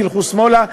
תלכו שמאלה?